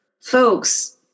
folks